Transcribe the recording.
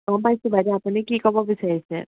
গম পাইছোঁ বাইদেউ আপুনি কি ক'ব বিচাৰিছে